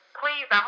please